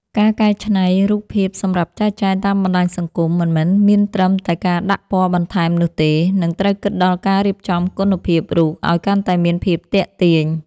ការកែច្នៃរូបភាពសម្រាប់ចែកចាយតាមបណ្ដាញសង្គមមិនមែនមានត្រឹមតែការដាក់ពណ៌បន្ថែមនោះទេ និង ត្រូវគិតដល់ការរៀបចំគុណភាពរូបឱ្យកាន់តែមានភាពទាក់ទាញ។